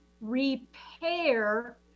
repair